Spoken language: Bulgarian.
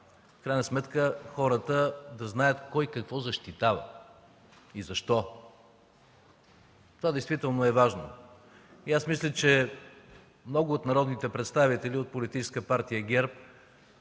в крайна сметка хората да знаят кой какво и защо защитава. Това действително е важно. Аз мисля, че много от народните представители от политическа партия ГЕРБ